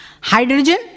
Hydrogen